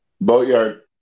Boatyard